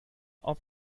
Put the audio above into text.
auf